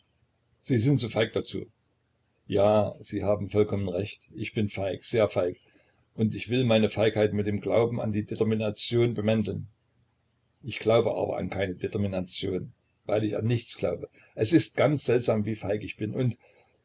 sie sind zu feig dazu ja sie haben vollkommen recht ich bin feig sehr feig und ich will meine feigheit mit dem glauben an die determination bemänteln ich glaube aber an keine determination weil ich an nichts glaube es ist ganz seltsam wie feig ich bin und